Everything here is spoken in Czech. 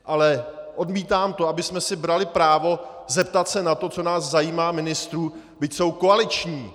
Ale odmítám to, abychom si brali právo zeptat se na to, co nás zajímá, ministrů, byť jsou koaliční.